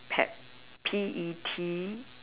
pet P E T